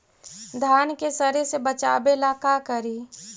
धान के सड़े से बचाबे ला का करि?